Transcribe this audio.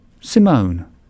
Simone